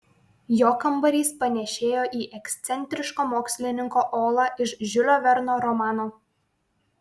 jo kambarys panėšėjo į ekscentriško mokslininko olą iš žiulio verno romano